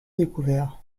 découvert